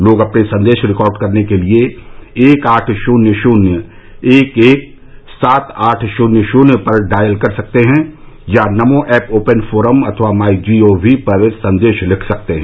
लोग अपने संदेश रिकॉर्ड करने के लिए एक आठ शून्य शून्य एक एक सात आठ शून्य शून्य पर डायल कर सकते हैं या नमो ऐप ओपन फोरम अथवा माई जी ओ वी पर संदेश लिख सकते हैं